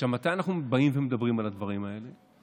עכשיו, מתי אנחנו באים ומדברים על הדברים האלה?